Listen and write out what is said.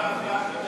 בהצבעה הקודמת.